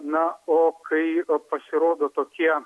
na o kai pasirodo tokie